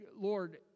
Lord